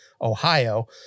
Ohio